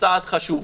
צעד חשוב.